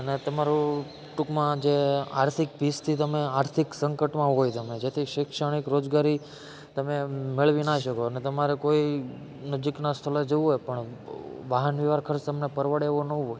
અને તમારું ટૂંકમાં જે આર્થિક ભીંસથી તમે આર્થિક સંકટમાં હોય તમે જેથી શૈક્ષણિક રોજગારી તમે મેળવી ના શકો અને તમારે કોઈ નજીકનાં સ્થળે જવું હોય પણ વાહન વ્યવહાર ખર્ચ તમને પરવડે એવો ન હોય